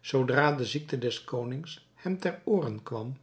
zoodra de ziekte des konings hem ter ooren kwam